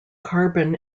carbon